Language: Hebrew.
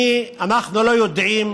אנחנו לא יודעים